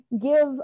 give